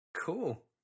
Cool